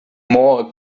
more